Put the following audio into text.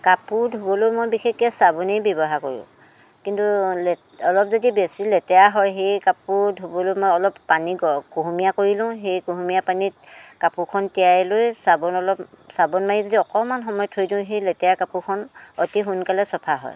কাপোৰ ধুবলৈ মই বিশেষকৈ চাবোনেই ব্যৱহাৰ কৰোঁ কিন্তু অলপ যদি বেছি লেতেৰা হয় সেই কাপোৰ ধুবলৈ মই অলপ পানী কুহুমীয়া কৰি লওঁ সেই কুহুমীয়া পানীত কাপোৰখন তিয়াই লৈ চাবোন অলপ চাবোন মাৰি যদি অকণমান সময় থৈ দিওঁ সেই লেতেৰা কাপোৰখন অতি সোনকালে চাফা হয়